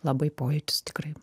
labai pojūtis tikrai